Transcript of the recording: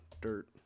Dirt